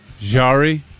Jari